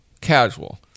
casual